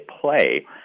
play